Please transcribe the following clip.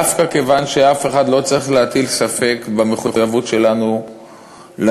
דווקא כיוון שאף אחד לא צריך להטיל ספק במחויבות שלנו לניצולים,